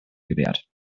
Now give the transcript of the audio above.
gewährt